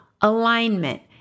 alignment